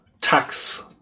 tax